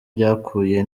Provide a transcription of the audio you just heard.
byakuwe